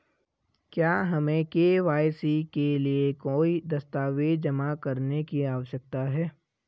क्या हमें के.वाई.सी के लिए कोई दस्तावेज़ जमा करने की आवश्यकता है?